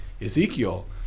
ezekiel